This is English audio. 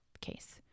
case